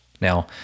Now